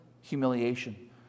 humiliation